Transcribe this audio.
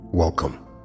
Welcome